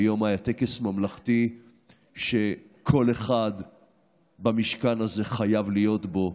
היום היה טקס ממלכתי שכל אחד במשכן הזה חייב להיות בו,